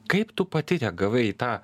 kaip tu pati reagavai į tą